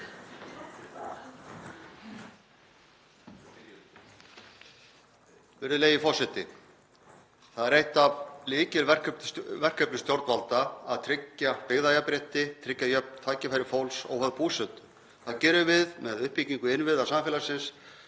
Það er eitt af lykilverkefnum stjórnvalda að tryggja byggðajafnrétti og tryggja jöfn tækifæri fólks óháð búsetu. Það gerum við með uppbyggingu innviða samfélagsins